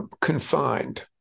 confined